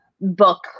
book